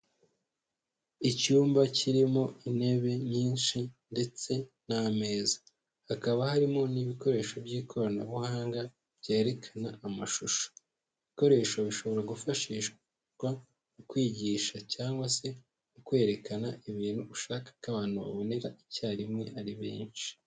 Icyumba kirimo intebe nyinshi ndetse n'ameza. Hakaba harimo n'ibikoresho by'ikoranabuhanga byerekana amashusho, ibikoresho bishobora gufashishwa mu kwigisha cyangwa se kwerekana ibintu ushaka ko abantu babonera icyarimwe ari benshi.